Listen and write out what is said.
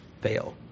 fail